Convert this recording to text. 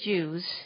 Jews